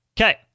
Okay